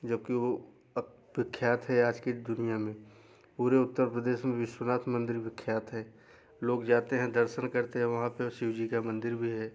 जबकि वो प्राख्यात है आज की दुनिया में पूरे उत्तर प्रदेश में विश्वनाथ मंदिर विख्यात है लोग जाते हैं दर्शन करते हैं वहाँ पे शिव जी का मंदिर भी है